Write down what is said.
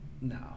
No